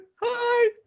Hi